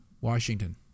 Washington